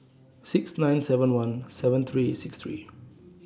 six nine seven one seven three six three